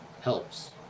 helps